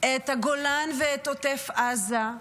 את הגולן ואת עוטף עזה,